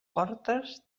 fortes